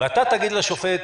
ואתה תגיד לשופט: